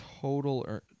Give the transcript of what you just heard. total